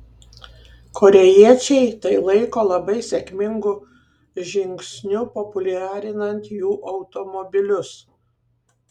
korėjiečiai tai laiko labai sėkmingu žingsniu populiarinant jų automobilius